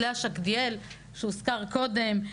לאה שקדיאל שהוזכר קודם,